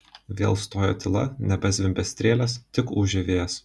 vėl stojo tyla nebezvimbė strėlės tik ūžė vėjas